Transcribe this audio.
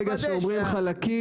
ברגע שאומרים "חלקים",